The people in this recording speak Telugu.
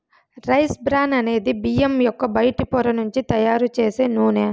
రైస్ బ్రాన్ అనేది బియ్యం యొక్క బయటి పొర నుంచి తయారు చేసే నూనె